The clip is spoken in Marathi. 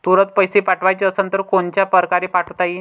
तुरंत पैसे पाठवाचे असन तर कोनच्या परकारे पाठोता येईन?